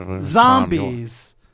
Zombies